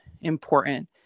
important